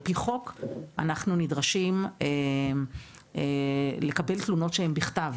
פי חוק אנחנו נדרשים לקבל תלונות שהן בכתב